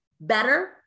better